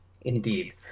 Indeed